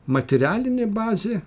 materialinė bazė